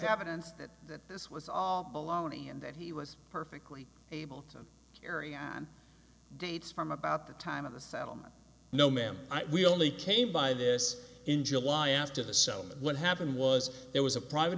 habitants that this was all baloney and that he was perfectly able to carry on dates from about the time of the settlement no ma'am we only came by this in july as to the so what happened was there was a private